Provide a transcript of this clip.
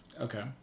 Okay